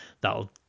that'll